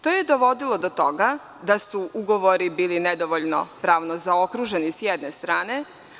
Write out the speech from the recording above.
To je dovelo do toga da su ugovori bili nedovoljno pravni zaokruženi s jedne strane.